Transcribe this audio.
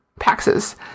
PAXes